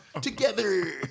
together